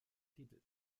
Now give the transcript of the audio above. titel